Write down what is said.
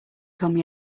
come